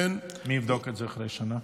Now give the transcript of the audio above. מי יבדוק את זה אחרי שנה?